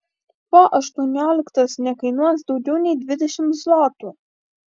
po aštuonioliktos nekainuos daugiau nei dvidešimt zlotų